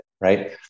right